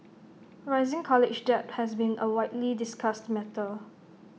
rising college debt has been A widely discussed matter